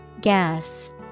gas